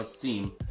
team